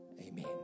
Amen